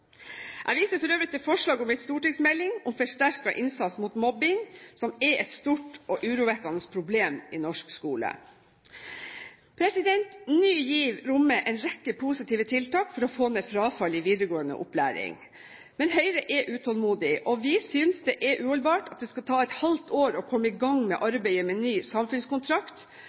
Jeg viser for øvrig til forslag om en stortingsmelding om forsterket innsats mot mobbing, som er et stort og urovekkende problem i norsk skole. Ny GIV rommer en rekke positive tiltak for å få ned frafallet i videregående opplæring. Høyre er utålmodig, og vi synes det er uholdbart at det skal ta et halvt år å komme i gang med arbeidet om en ny samfunnskontrakt,